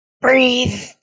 breathe